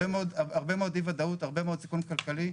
הרבה מאוד אי ודאות, הרבה מאוד סיכון כלכלי.